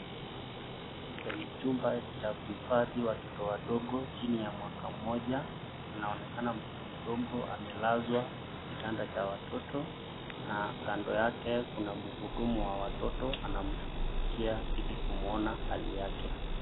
Kwenye chumba cha kuhifadhi watoto wadogo chini ya mwaka moja, anaonekana mtoto mdogo amelazwa kitanda cha watoto na kando yake kuna mhudumu wa watoto anamshughulikia ili kumwona hali yake.